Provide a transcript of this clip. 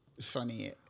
funny